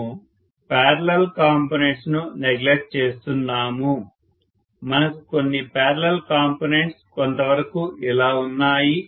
మనము parallel components ను neglect చేస్తున్నాము మనకు కొన్ని పారలల్ కాంపొనెంట్స్ కొంతవరకు ఇలా ఉన్నాయి